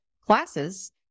classes